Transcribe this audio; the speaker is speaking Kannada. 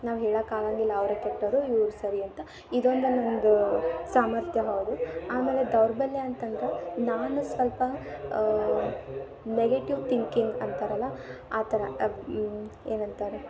ನಾವು ಹೇಳಕ್ಕ ಆಗಂಗಿಲ್ಲ ಅವರೇ ಕೆಟ್ಟೋವ್ರು ಇವ್ರು ಸರಿ ಅಂತ ಇದೊಂದೇ ನನ್ನದು ಸಾಮರ್ಥ್ಯ ಹೌದು ಆಮೇಲೆ ದೌರ್ಬಲ್ಯ ಅಂತಂದ್ರೆ ನಾನು ಸ್ವಲ್ಪ ನೆಗಿಟಿವ್ ತಿಂಕಿಂಗ್ ಅಂತಾರಲ್ಲ ಆ ಥರ ಅಪ್ ಏನಂತಾರೆ